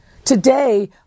Today